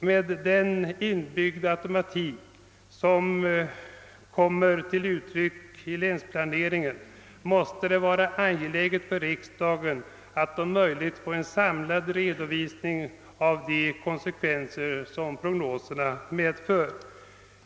Med den inbyggda automatik som finns i länsplaneringen måste det vara angeläget för riksdagen att om möjligt få en samlad redovisning av de konsekvenser som prognoserna medfört.